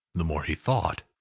the more he thought.